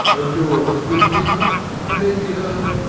and yours, good people, i may be heard,